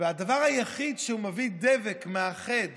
והדבר היחיד שהוא מביא דבק מאחד